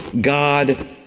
God